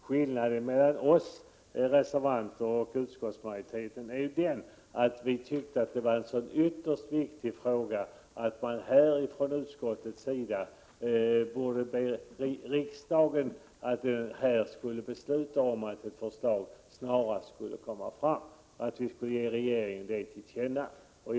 Skillnaden mellan oss reservanter och utskottsmajoriteten är att vi tyckte — Prot. 1987/88:46 att det var en så ytterst viktig fråga att utskottet borde ha hemställt att 16 december 1987 riksdagen skulle besluta att ge regeringen till känna att vi önskade att ett: ZI förslag skulle läggas fram snarast möjligt.